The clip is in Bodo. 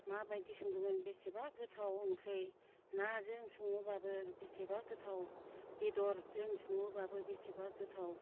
माबायदि संदोंमोन बेसेबा गोथाव ओंख्रि नाजों सङोबाबो बेसेबा गोथाव बेदरजों सङोबाबो बेसेबा गोथाव